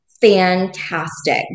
fantastic